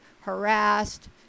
harassed